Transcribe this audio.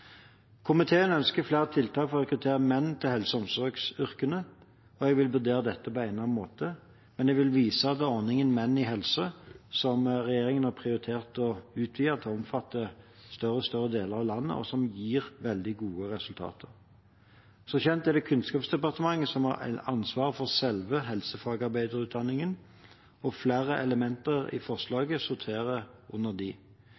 Komiteen ønsker flere tiltak for å rekruttere menn til helse- og omsorgsyrkene, og jeg vil vurdere dette på egnet måte. Men jeg vil vise til ordningen Menn i helse, som regjeringen har prioritert å utvide til å omfatte større og større deler av landet, og som gir veldig gode resultater. Som kjent er det Kunnskapsdepartementet som har ansvar for selve helsefagarbeiderutdanningen, og flere elementer i forslaget sorterer under